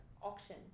auction